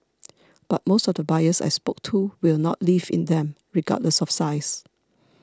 but most of the buyers I spoke to will not live in them regardless of size